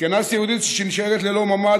זקנה סיעודית שנשארת ללא ממ"ד,